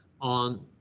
on